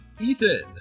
Ethan